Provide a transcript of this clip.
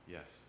Yes